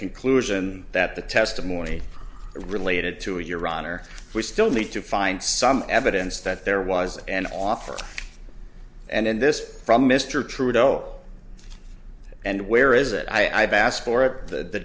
conclusion that the testimony related to a juran or we still need to find some evidence that there was an offer and in this from mr trudeau and where is it i've asked for it th